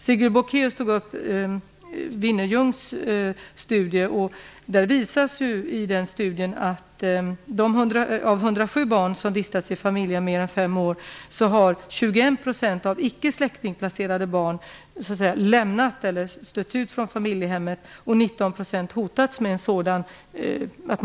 Sigrid Bolkéus tog upp Vinnerljungs studie. I den visas att av 107 barn som vistats i familjehem mer än fem år så har 21 % av icke släktingplacerade barn lämnat eller stötts ut från familjehmmet och 19 % hotats med sådant.